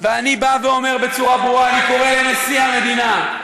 ואני אומר בצורה ברורה, אני קורא לנשיא המדינה,